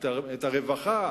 את הרווחה,